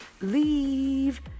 leave